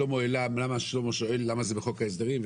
שלמה שואל למה זה בחוק ההסדרים,